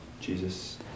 Jesus